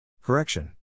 Correction